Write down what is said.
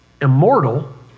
immortal